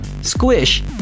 Squish